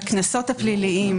בקנסות הפליליים.